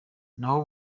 naho